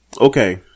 okay